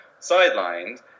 sidelined